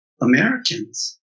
Americans